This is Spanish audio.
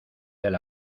del